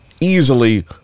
easily